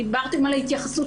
דיברתם על ההתייחסות,